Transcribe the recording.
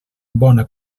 bona